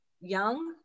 Young